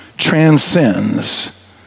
transcends